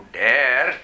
dare